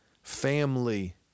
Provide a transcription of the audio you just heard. family